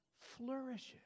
flourishes